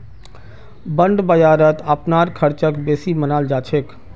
bond बाजारत अपनार ख़र्चक बेसी मनाल जा छेक